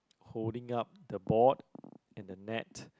holding up the board and the net